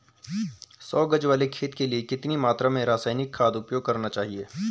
सौ गज वाले खेत के लिए कितनी मात्रा में रासायनिक खाद उपयोग करना चाहिए?